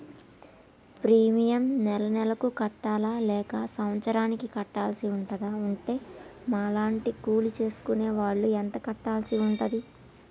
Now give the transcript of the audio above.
Premium నెల నెలకు కట్టాలా లేక సంవత్సరానికి కట్టాల్సి ఉంటదా? ఉంటే మా లాంటి కూలి చేసుకునే వాళ్లు ఎంత కట్టాల్సి ఉంటది?